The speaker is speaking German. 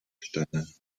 stellen